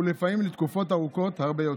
ולפעמים לתקופות ארוכות הרבה יותר.